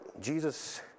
Jesus